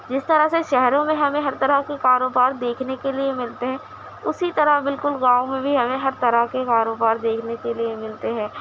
جس طرح سے شہروں میں ہمیں ہر طرح کے کاروبار دیکھنے کے لیے ملتے ہیں اسی طرح بالکل گاؤں میں بھی ہمیں ہر طرح کے کاروبار دیکھنے کے لیے ملتے ہے